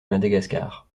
madagascar